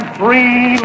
three